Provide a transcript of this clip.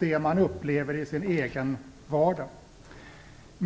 det man upplever i sin egen vardag blir för stor.